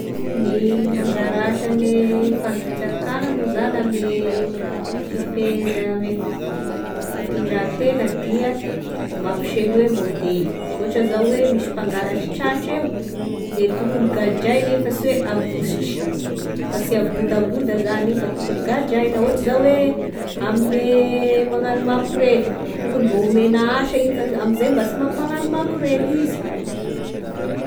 Gne gn'anzara asane fanzakana moa zany ame fifeheza ame fitondratena dia mampiseho hoe maodely, ohatry zao hoe misy mpangalatry tratra eo de tokony gadrainy iny fa sy hoe avosotry fa sy habodaboda zany fa tokony gadraina ohatry zao hoe amine magnao makorely tokony mbô homena asa io amzay mba sy magnano makorely izy.